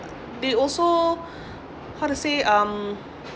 they also how to say um